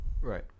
Right